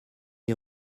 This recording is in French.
est